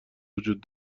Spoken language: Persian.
وجود